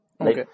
Okay